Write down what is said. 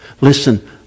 Listen